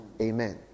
Amen